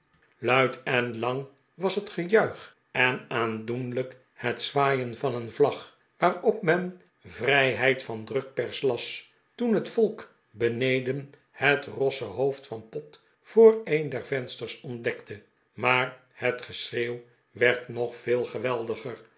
luid en lang was het gejuich en aandoenlijk het zwaaien van een vlag waarop men vrijheid van drukpers las toen het volk beneden het rosse hoofd van pott voor een der vensters ontdekte maar het geschreeuw werd nog veel geweldiger